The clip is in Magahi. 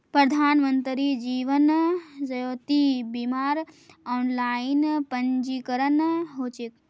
प्रधानमंत्री जीवन ज्योति बीमार ऑनलाइन पंजीकरण ह छेक